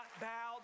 bowed